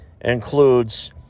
includes